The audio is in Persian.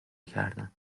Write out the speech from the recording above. کردن